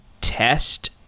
test